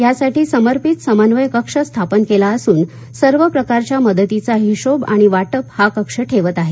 यासाठी समर्पित समन्वय कक्ष स्थापन केला गेला असून सर्व प्रकारच्या मदतीचा हिशोब आणि वाटप हा कक्ष ठेवत आहे